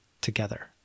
together